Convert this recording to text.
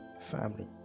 family